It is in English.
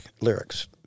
lyrics